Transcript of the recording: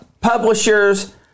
publishers